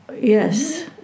yes